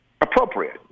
appropriate